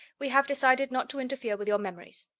we have decided not to interfere with your memories.